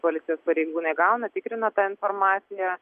policijos pareigūnai gauna tikrina tą informaciją